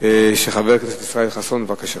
של חבר הכנסת ישראל חסון, בבקשה.